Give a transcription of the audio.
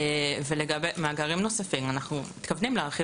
ולגבי מאגרים נוספים אנחנו מתכוונים להרחיב